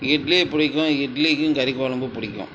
Idlib பிடிக்கும் இட்லிக்கும் கறிக்குலம்புப் பிடிக்கும்